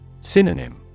Synonym